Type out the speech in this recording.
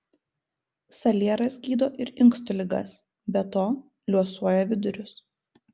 salieras gydo ir inkstų ligas be to liuosuoja vidurius